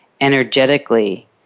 energetically